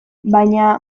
baina